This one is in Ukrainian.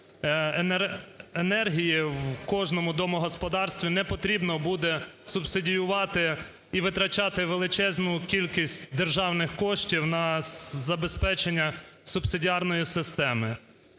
енергії в кожному домогосподарстві не потрібно буде субсидіювати і витрачати величезну кількість державних коштів на забезпечення субсидіарної системи.